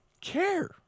care